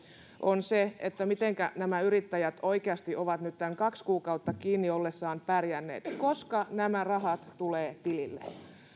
on se mitenkä nämä yrittäjät oikeasti ovat nyt tämän kaksi kuukautta kiinni ollessaan pärjänneet koska nämä rahat tulevat tilille